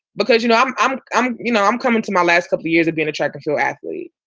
because, you know, i'm i'm i'm you know, i'm coming to my last couple years of being a check of your athlete.